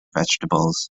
vegetables